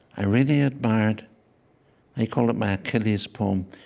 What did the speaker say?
i really admired he called it my achilles poem.